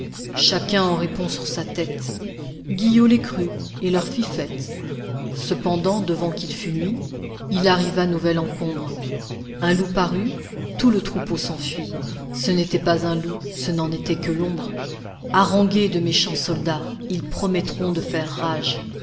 chacun en répond sur sa tête guillot les crut et leur fit fête cependant devant qu'il fût nuit il arriva nouvel encombre un loup parut tout le troupeau s'enfuit ce n'était pas un loup ce n'en était que l'ombre haranguez de méchants soldats ils promettront de faire rage